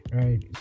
right